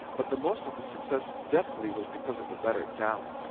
but the most of the success definitely was because of the better talent.